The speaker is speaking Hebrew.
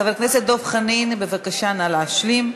חבר הכנסת דב חנין, בבקשה, נא להשלים.